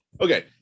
Okay